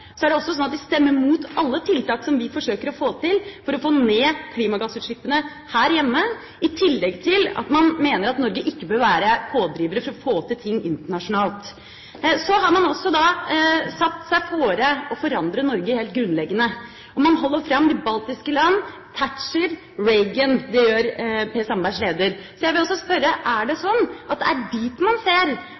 Så har man også satt seg fore å forandre Norge helt grunnleggende. Man holder fram de baltiske land, Thatcher, Reagan – det gjør Per Sandbergs leder. Så jeg vil også spørre: Er det sånn at det er dit man ser,